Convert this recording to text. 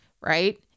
right